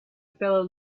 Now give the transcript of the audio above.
fellow